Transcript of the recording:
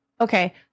Okay